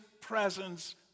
presence